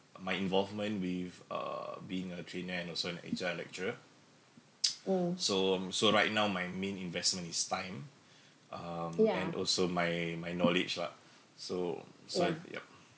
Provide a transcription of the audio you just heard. my involvement with uh being a trainer and also an H_R lecturer so so right now my main investment is time um and also my my knowledge lah so so yup